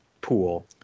pool